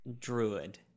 druid